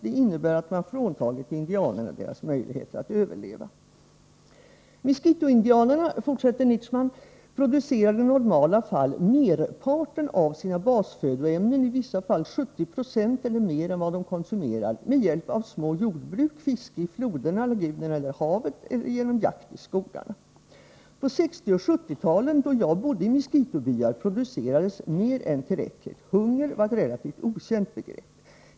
Det innebär att man fråntagit indianerna deras möjligheter att överleva.” Nietschmann fortsätter: ”Miskituindianerna producerar merparten av sina basfödoämnen, i vissa fall 70 92 eller mer än vad de konsumerar, med hjälp av små jordbruk, fiske i floderna, lagunerna eller havet och genom jakt i skogarna. På 60 och 70-talen då jag bodde i miskitubyar producerades mer än tillräckligt. Hunger var ett relativt okänt begrepp.